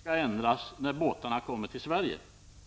skall ändras när båtarna kommer till Sverige.